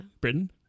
Britain